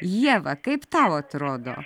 ieva kaip tau atrodo